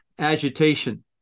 agitation